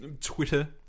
Twitter